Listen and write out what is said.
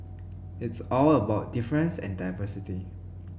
it's all about difference and diversity